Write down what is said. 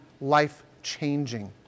life-changing